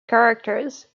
characters